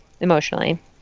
emotionally